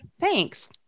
Thanks